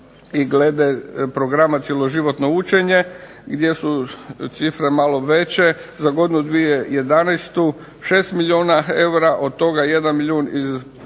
iz Programa cjeloživotnog učenje gdje su cifre malo veće. Za godinu 2011. 6 milijuna eura, od toga 1 milijun iz